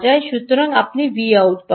সুতরাং আপনি Vout পাবেন